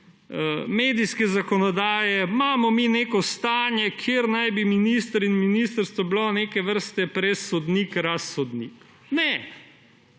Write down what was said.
medijsko zakonodajo, imamo mi neko stanje, kjer naj bi minister in ministrstvo bila neke vrsto presodnik, razsodnik. Ne,